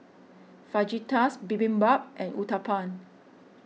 Fajitas Bibimbap and Uthapam